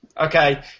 Okay